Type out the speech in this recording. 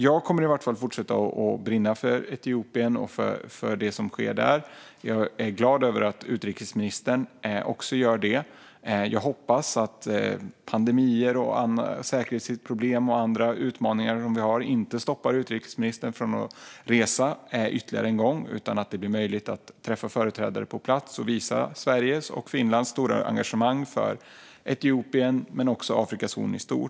Jag kommer i vart fall att fortsätta att brinna för Etiopien och det som sker där. Jag är glad över att utrikesministern också gör det. Jag hoppas att pandemier, säkerhetsproblem och andra utmaningar som vi har inte stoppar utrikesministern från att resa ytterligare en gång utan att det blir möjligt att träffa företrädare på plats och visa Sveriges och Finlands stora engagemang för Etiopien men också Afrikas horn i stort.